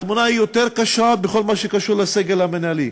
התמונה היא יותר קשה בכל מה שקשור לסגל המינהלי.